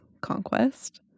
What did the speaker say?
Conquest